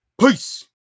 Peace